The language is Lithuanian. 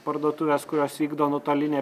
parduotuves kurios vykdo nuotolinę